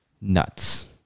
nuts